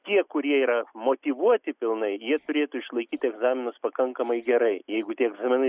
tie kurie yra motyvuoti pilnai jie turėtų išlaikyti egzaminus pakankamai gerai jeigu tie egzaminai